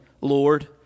Lord